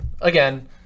again